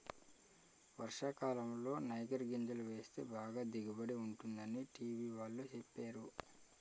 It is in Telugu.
వర్షాకాలంలో నైగర్ గింజలు వేస్తే బాగా దిగుబడి ఉంటుందని టీ.వి వాళ్ళు సెప్పేరు